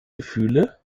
gefühle